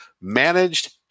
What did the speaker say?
managed